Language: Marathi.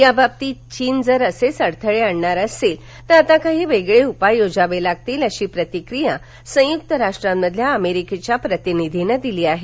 या बाबतीत चीन जर असेच अडथळे आणणार असेल तर आता काही वेगळे उपाय योजावे लागतील अशी प्रतिक्रिया संयुक्त राष्ट्रांमधल्या अमेरिकेच्या प्रतिनिधीनं दिली आहे